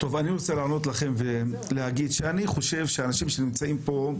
אני חושב שהאנשים שנמצאים פה,